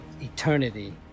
eternity